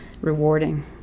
rewarding